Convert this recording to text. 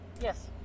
Yes